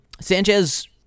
Sanchez